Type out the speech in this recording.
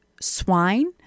swine